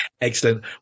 Excellent